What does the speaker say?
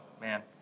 Man